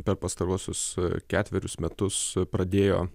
per pastaruosius ketverius metus pradėjo